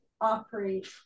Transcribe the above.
operate